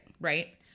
right